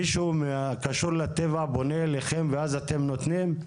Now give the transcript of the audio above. מישהו שקשור לטבע פונה אליכם ואז אתם נותנים?